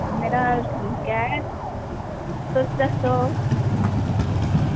मरहाज ठीक ऐ तुस दस्सो